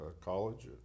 college